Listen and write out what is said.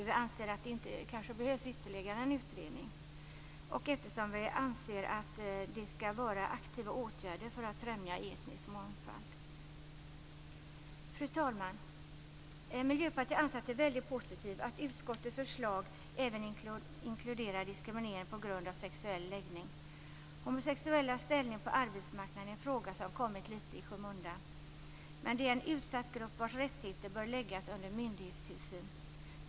Vi anser att det inte behövs ytterligare en utredning, utan det behövs aktiva åtgärder för att främja etnisk mångfald. Fru talman! Miljöpartiet tycker att det är väldigt positivt att utskottets förslag även inkluderar diskriminering på grund av sexuell läggning. Homosexuellas ställning på arbetsmarknaden är en fråga som kommit lite i skymundan. Men det är en utsatt grupp vars rättigheter bör läggas under myndighetstillsyn.